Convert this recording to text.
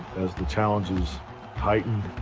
as the challenges heightened,